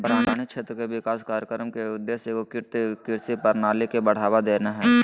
बारानी क्षेत्र विकास कार्यक्रम के उद्देश्य एगोकृत कृषि प्रणाली के बढ़ावा देना हइ